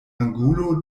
angulo